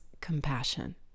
compassion